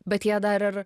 bet jie dar ir